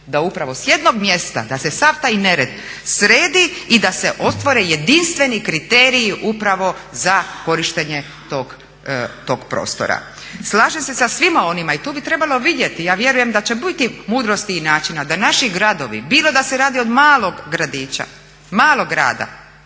da upravo s jednog mjesta, da se sav taj nered sredi i da se otvore jedinstveni kriteriji upravo za korištenje tog prostora. Slažem se sa svima onima i tu bi trebalo vidjeti, ja vjerujem da će biti mudrosti i načina da naši gradovi bilo da se radi od malog grada do